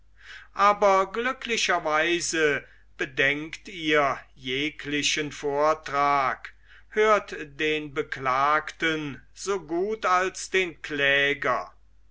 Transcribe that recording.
aber glücklicherweise bedenkt ihr jeglichen vortrag hört den beklagten so gut als den kläger